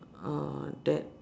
uh that